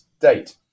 date